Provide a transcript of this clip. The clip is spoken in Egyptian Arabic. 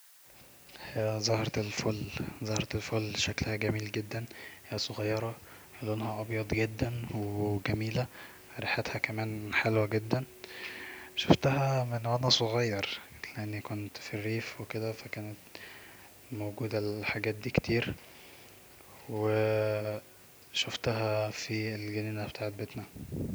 "هي زهرة الفل زهرة الفل شكلها جميل جدا هي صغيرة لونها ابيض جدا وجميلة ريحتها كمان حلوة جدا شوفتها من وانا صغير لاني كنت في الريف وكده ف كانت موجودة الحاجات دي كتير شوفتها في الجنينه بتاعت بيتنا"